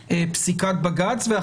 אני.